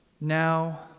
now